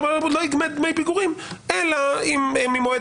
אלא ממועד